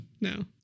No